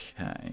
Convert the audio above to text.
Okay